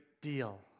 deal